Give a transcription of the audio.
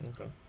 Okay